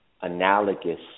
analogous